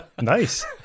nice